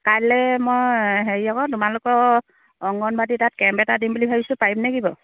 কাইলৈ মই হেৰি আকৌ তোমালোকৰ অংগনবাদী তাত কেম্প এটা দিম বুলি ভাবিছোঁ পাৰিম নেকি বাাৰু